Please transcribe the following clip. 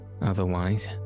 otherwise